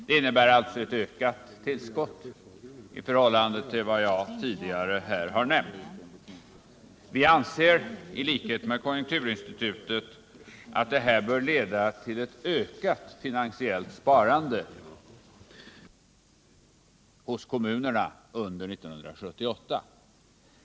Det innebär alltså ett ökat tillskott i förhållande till vad jag här tidigare har nämnt. Vi anser i likhet med konjunkturinstitutet att detta bör leda till ett ökat finansiellt sparande hos kommunerna under 1978.